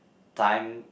time